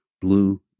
blue